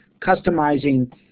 customizing